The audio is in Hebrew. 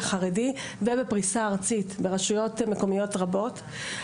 גם בחרדי ובפריסה ארצית ברשויות מקומיות רבות.